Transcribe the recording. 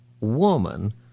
woman